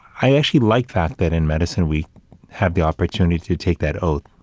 i actually like that, that in medicine, we have the opportunity to take that oath,